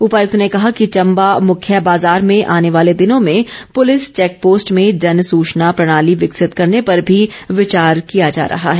उपायुक्त ने कहा कि चम्बा मुख्य बाजार में आने वाले दिनों में पुलिस चैक पोस्ट में जन सूचना प्रणाली विकसित करने पर भी विचार किया जा रहा है